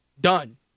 Done